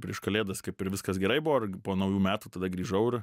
prieš kalėdas kaip ir viskas gerai buvo ir po naujų metų tada grįžau ir